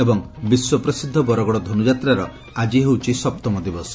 ଏବଂ ବିଶ୍ୱ ପ୍ରସିଦ୍ଧ ବରଗଡ଼ ଧନୁଯାତ୍ରାର ଆଜି ହେଉଛି ସପ୍ତମ ଦିବସ